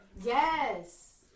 Yes